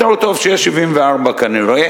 יותר טוב שיהיה 74 כנראה,